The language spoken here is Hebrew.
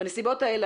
בנסיבות האלה,